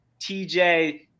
TJ